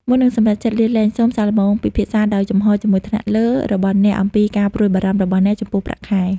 មុននឹងសម្រេចចិត្តលាលែង សូមសាកល្បង ពិភាក្សាដោយចំហរជាមួយថ្នាក់លើ របស់អ្នកអំពីការព្រួយបារម្ភរបស់អ្នកចំពោះប្រាក់ខែ។